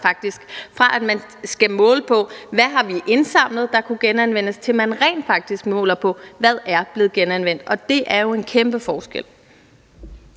faktisk, fra at man skal måle på, hvad af det, vi har indsamlet, der kunne genanvendes, til at man rent faktisk måler på, hvad der er blevet genanvendt, og det er jo en kæmpe forskel.